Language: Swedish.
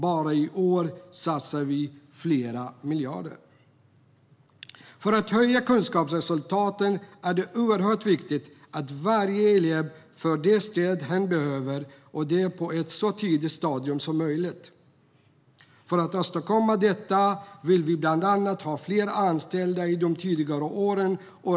Bara i år satsar vi flera miljarder. För att höja kunskapsresultaten är det oerhört viktigt att varje elev får det stöd hen behöver, och det på ett så tidigt stadium som möjligt. För att åstadkomma detta vill vi bland annat ha fler anställda i de tidigare åren.